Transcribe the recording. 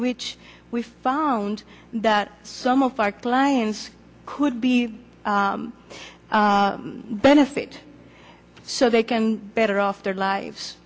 which we found that some of our clients could be benefit so they can better off their lives